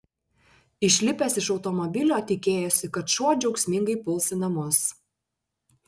išlipęs iš automobilio tikėjosi kad šuo džiaugsmingai puls į namus